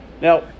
Now